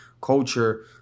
culture